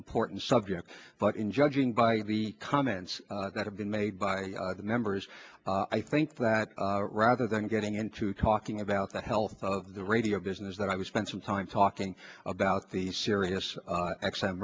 important subject but in judging by the comments that have been made by the members i think that rather than getting into talking about the health of the radio business that i was spend some time talking about the sirius